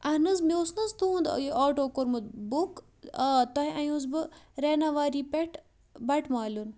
اہَن حظ مےٚ اوس نا حظ تُہُنٛد یہِ آٹو کوٚرمُت بُک آ تۄہہِ اَنیوس بہٕ ریناواری پٮ۪ٹھ بَٹہٕ مالیُٚن